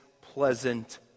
pleasant